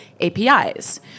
API's